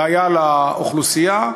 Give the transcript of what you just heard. בעיה לאוכלוסייה,